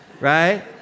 Right